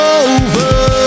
over